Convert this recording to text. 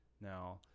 Now